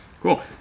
Cool